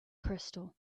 crystal